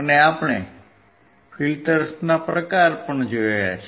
અને આપણે ફિલ્ટર્સના પ્રકાર પણ જોયા છે